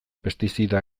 pestizida